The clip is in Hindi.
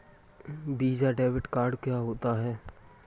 वीज़ा डेबिट कार्ड क्या होता है?